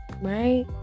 Right